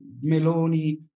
Meloni